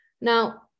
Now